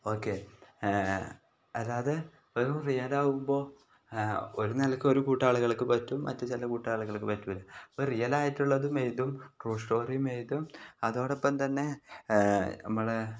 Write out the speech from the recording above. okay അതായത് ഒരു real ആകുമ്പോൾ ഒരു നിലക്ക് ഒരു കൂട്ടം ആളുകൾക്ക് പറ്റും മറ്റു ചില കൂട്ടം ആളുകൾക്ക് പറ്റില്ല അപ്പം റിയൽ ആയിട്ടുള്ളതും എഴുതും ട്രൂ സ്റ്റോറിയും എഴുതും അതോടൊപ്പം തന്നെ നമ്മൾ